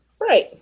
Right